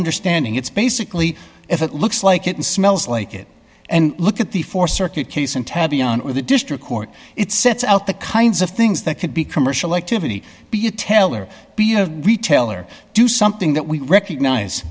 understanding it's basically if it looks like it and smells like it and look at the four circuit case and tabby and the district court it sets out the kinds of things that could be commercial activity be a tailor be a retailer do something that we recognize